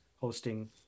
hosting